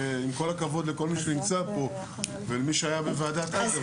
עם כל הכבוד לכל מי שנמצא פה ומי שהיה בוועדת אדלר.